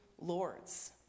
Lords